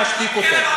להשתיק אותו.